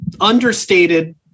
understated